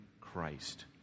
Christ